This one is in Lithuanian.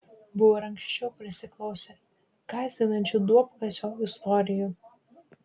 buvo ir anksčiau prisiklausę gąsdinančių duobkasio istorijų